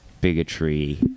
bigotry